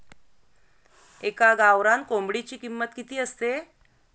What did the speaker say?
एका गावरान कोंबडीची किंमत किती असते?